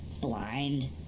blind